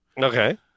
okay